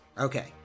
Okay